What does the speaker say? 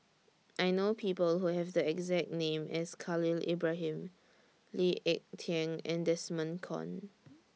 I know People Who Have The exact name as Khalil Ibrahim Lee Ek Tieng and Desmond Kon